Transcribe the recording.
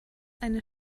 eine